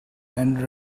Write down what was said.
and